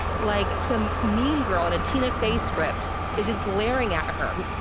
like some mean girl in a tina fey script is just glaring at her,